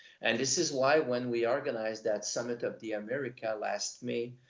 and this is why when we organized that summit of the americas last may,